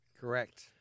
Correct